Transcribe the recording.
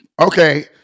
Okay